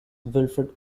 wilfred